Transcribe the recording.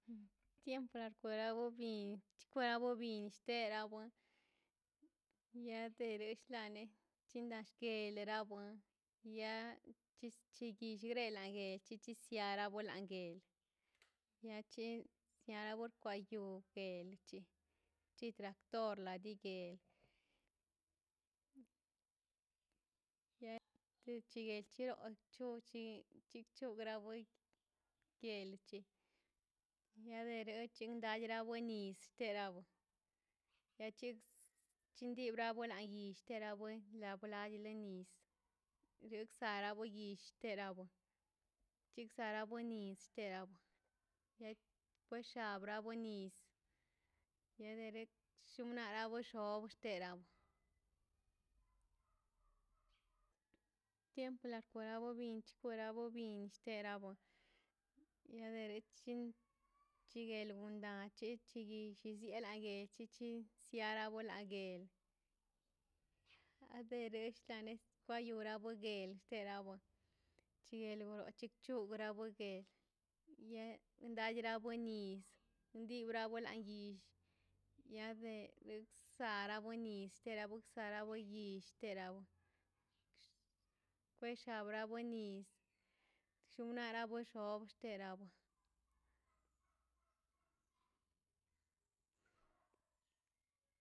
Siempre ragagobi xkwaro ragagobi terawin la deresyane chindaskene danwo ya chisrinwela gue chichi sia bolangue na chin siani ayuke eluchi chitractorla guille ga broi tiele chil niabero chin da gregonis seterawo chenti chndere bravo la in terebo la blailenis nex siara boix serawo chikserabo nis cheserabo kwasha brabonis karago binkse cherabo niaderixin chelni buldan ichili siegan nague chichi siaro labogue na deres siane siagore laguel serawa chiel boro chi chu baro de kei dad bore woni di brabo landill ia de lesara bonis sera bo serabi ir teraw kwesha bora ne ni sinara boso orterabo